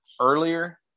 earlier